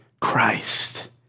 Christ